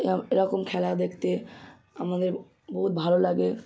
এরকম খেলা দেখতে আমাদের বহুত ভালো লাগে